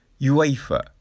UEFA